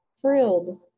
thrilled